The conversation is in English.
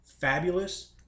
fabulous